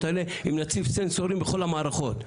האלה אם נציב סנסורים בכל המערכות.